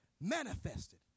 manifested